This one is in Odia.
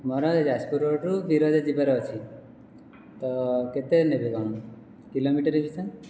ମୋର ଏ ଯାଜପୁର ରୋଡ଼ରୁ ବିରଜା ଯିବାର ଅଛି ତ କେତେ ନେବେ କ'ଣ କିଲୋମିଟର୍ ପିଛା